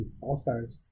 all-stars